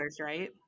right